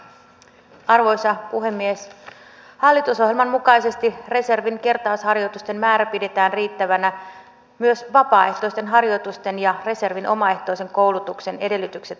minä toivon että hallitus pitää kiinni näistä keskusteluissa esille nousseista asioista ja virittää lainvalmistelun sellaiseen tilaan jossa kyetään rauhallisesti säntillisesti ja asioihin perehtyneiden asiantuntijoiden käytöllä viemään asioita eteenpäin